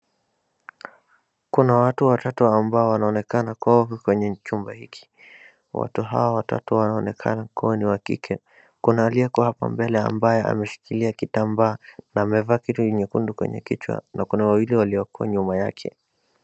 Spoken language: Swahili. Kuna watu watatu ambao wanaonekana kwao kwenye chumba hiki. Watu hawa kuwa ni wa kike kuna aliyeko mbele ambaye ameshikilia kitambaa na amevaa kitu nyekundu kwenye kichwa na kuna wawili walio kuwa nyuma yake.